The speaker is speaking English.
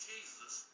Jesus